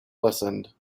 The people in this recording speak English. listened